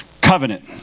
covenant